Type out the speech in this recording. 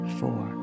four